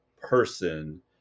person